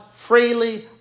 Freely